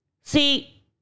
See